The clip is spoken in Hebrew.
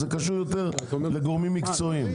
זה קשור יותר לגורמים מקצועיים.